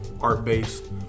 art-based